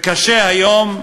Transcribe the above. וקשה היום,